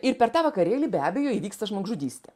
ir per tą vakarėlį be abejo įvyksta žmogžudystė